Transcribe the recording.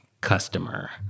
customer